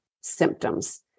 symptoms